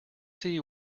see